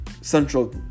Central